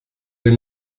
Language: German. den